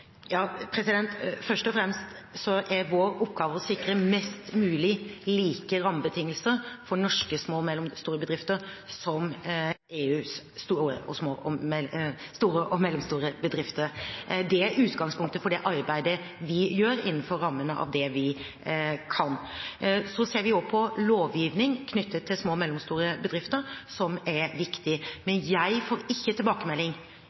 Først og fremst er det vår oppgave å sikre norske små og mellomstore bedrifter rammebetingelser som er mest mulig lik rammebetingelsene til EUs små og mellomstore bedrifter. Det er utgangspunktet for det arbeidet vi gjør innenfor rammene av det vi kan. Vi ser også på lovgivning knyttet til små og mellomstore bedrifter, som er viktig. Jeg har ikke fått tilbakemelding